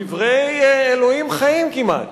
דברי אלוהים חיים כמעט.